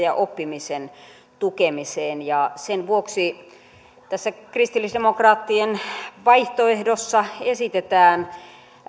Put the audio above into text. ja oppimisen tukemiseen sen vuoksi tässä kristillisdemokraattien vaihtoehdossa esitetään